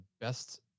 best